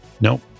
nope